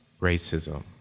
racism